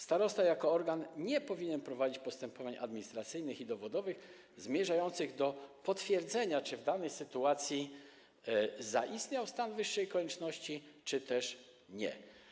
Starosta jako organ nie powinien prowadzić postępowań administracyjnych i dowodowych zmierzających do potwierdzenia, czy w danej sytuacji zaistniał stan wyższej konieczności, czy też nie.